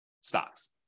stocks